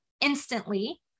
instantly